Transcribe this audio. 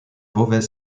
beauvais